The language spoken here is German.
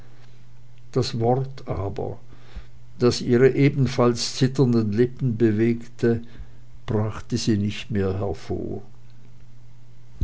das wort aber das ihre ebenfalls zitternden lippen bewegte brachte sie nicht mehr hervor